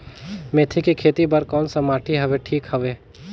मेथी के खेती बार कोन सा माटी हवे ठीक हवे?